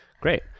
Great